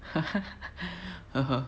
oh